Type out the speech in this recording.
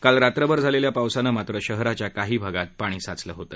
काल रात्रभर झालेल्या पावसाने मात्र शहराच्या काही भागात पाणी साचले होते